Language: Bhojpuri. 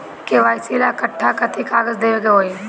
के.वाइ.सी ला कट्ठा कथी कागज देवे के होई?